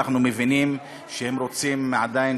אנחנו מבינים שהם רוצים עדיין